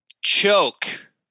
choke